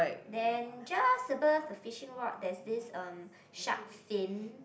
then just above the fishing rod there's this um shark fin